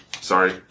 sorry